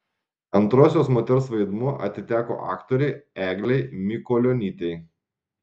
antrosios moters vaidmuo atiteko aktorei eglei mikulionytei